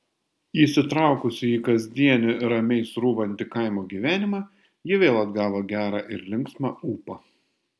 įsitraukusi į kasdienį ramiai srūvantį kaimo gyvenimą ji vėl atgavo gerą ir linksmą ūpą